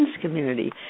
community